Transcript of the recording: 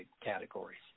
categories